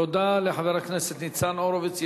תודה לחבר הכנסת ניצן הורוביץ.